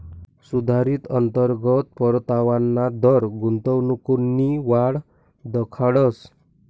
सुधारित अंतर्गत परतावाना दर गुंतवणूकनी वाट दखाडस